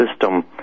system